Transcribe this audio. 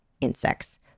Insects